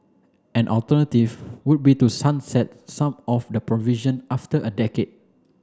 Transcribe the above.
an alternative would be to sunset some of the provision after a decade